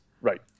Right